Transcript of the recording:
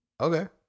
okay